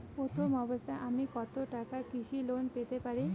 প্রথম অবস্থায় আমি কত টাকা কৃষি লোন পেতে পারি?